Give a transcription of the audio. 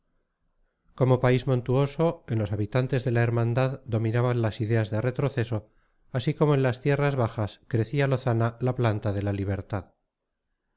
como país montuoso en los habitantes de la hermandad dominaban las ideas de retroceso así como en las tierras bajas crecía lozana la planta de la libertad